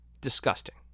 Disgusting